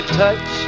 touch